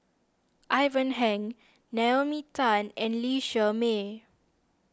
Ivan Heng Naomi Tan and Lee Shermay